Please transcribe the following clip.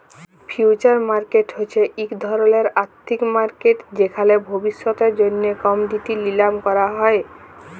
future market হছে ইক ধরলের আথ্থিক মার্কেট যেখালে ভবিষ্যতের জ্যনহে কমডিটি লিলাম ক্যরা হ্যয়